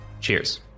cheers